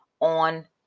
on